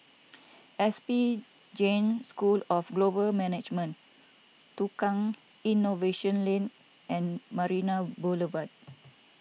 S P Jain School of Global Management Tukang Innovation Lane and Marina Boulevard